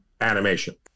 animation